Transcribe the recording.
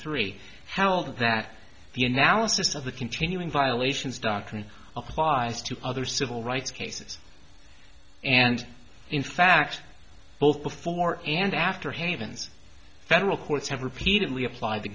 three how that the analysis of the continuing violations darkon applies to other civil rights cases and in fact both before and after havens federal courts have repeatedly applied t